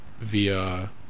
via